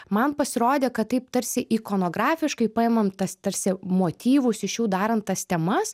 man pasirodė kad taip tarsi ikonografiškai paimam tas tarsi motyvus iš jų darant tas temas